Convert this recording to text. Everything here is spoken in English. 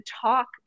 talk